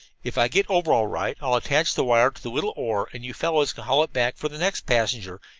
if i get over all right i'll attach the wire to the little oar and you fellows can haul it back for the next passenger,